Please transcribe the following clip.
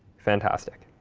fantastic.